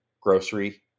grocery